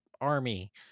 army